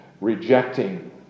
rejecting